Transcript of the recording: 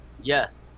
Yes